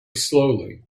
slowly